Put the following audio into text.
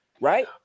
right